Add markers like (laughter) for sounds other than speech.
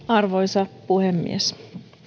(unintelligible) arvoisa puhemies